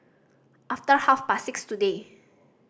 after half past six today